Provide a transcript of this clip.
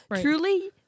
truly